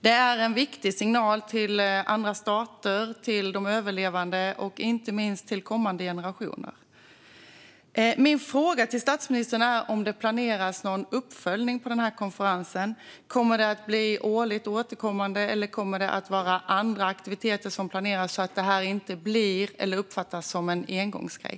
Det är en viktig signal till andra stater, till de överlevande och inte minst till kommande generationer. Min fråga till statsministern är om det planeras någon uppföljning på den här konferensen. Kommer den att bli årligt återkommande, eller planeras det andra aktiviteter så att det här inte blir eller uppfattas som en engångsgrej?